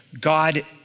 God